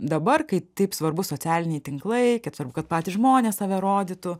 dabar kai taip svarbu socialiniai tinklai svarbu kad patys žmonės save rodytų